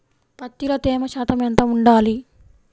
పత్తిలో తేమ శాతం ఎంత ఉండాలి?